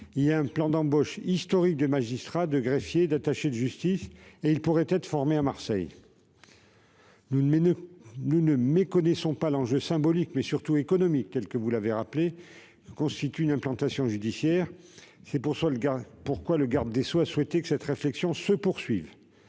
un plan d'embauche historique de magistrats, de greffiers et d'attachés de justice. Ils pourraient être formés à Marseille. Nous ne méconnaissons pas l'enjeu symbolique et, surtout, économique que constitue une implantation judiciaire. C'est pourquoi le garde des sceaux a souhaité que cette réflexion se poursuive